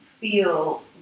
feel